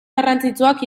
garrantzitsuak